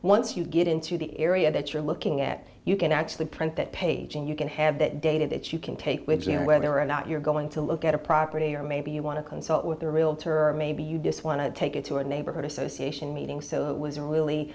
once you get into the area that you're looking at you can actually print that page and you can have that data that you can take with them whether or not you're going to look at a property or maybe you want to consult with their realtor or maybe you disappointed take it to a neighborhood association meeting so it was really